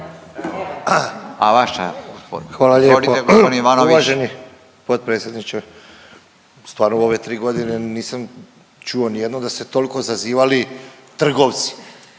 Goran (HDZ)** Hvala lijepo uvaženi potpredsjedniče. Stvarno u ove 3.g. nisam čuo nijednom da su se tolko zazivali trgovci.